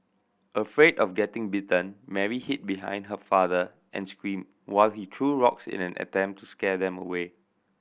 afraid of getting bitten Mary hid behind her father and screamed while he threw rocks in an attempt to scare them away